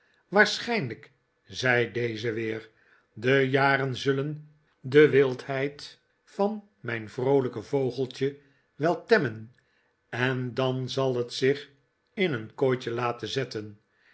waarschijnlijk zei deze weer de jaren zullen de wildheid van mijn vroolijke vogeltje wel temmen en dan zal het zich in een kooitje laten zetten